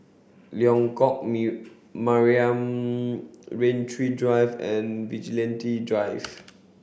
Lengkok Mariam Rain Tree Drive and Vigilante Drive